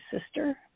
sister